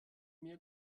mir